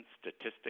Statistics